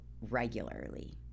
regularly